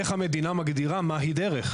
איך המדינה מגדירה מהי "דרך".